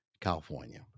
California